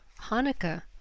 Hanukkah